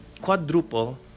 quadruple